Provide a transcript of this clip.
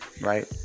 right